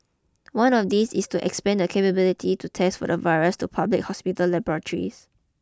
one of these is to expand the capability to test for the virus to public hospital laboratories